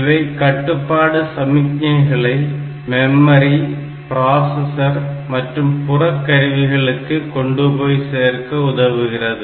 இவை கட்டுப்பாடு சமிக்ஞைகளை மெமரி பிராசஸர் மற்றும் புற கருவிகளுக்கு கொண்டுபோய் சேர்க்க உதவுகிறது